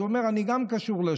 אז הוא אומר: גם אני קשור לשדולה,